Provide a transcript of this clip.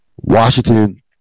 Washington